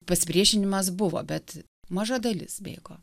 pasipriešinimas buvo bet maža dalis bėgo